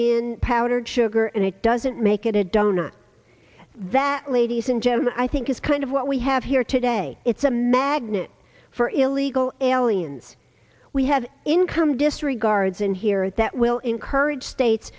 in powdered sugar and it doesn't make it a donut that ladies and gentlemen i think is kind of what we have here today it's a magnet for illegal aliens we have income disregards in here that will encourage states